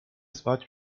spać